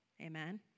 Amen